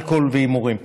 אלכוהול והימורים.